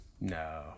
No